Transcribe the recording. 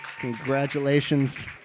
Congratulations